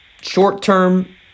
Short-term